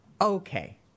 Okay